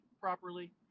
properly